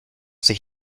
sich